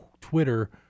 Twitter